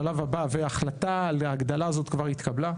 השלב הבא והחלטה להגדלה כבר התקבלה,